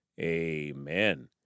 amen